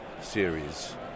series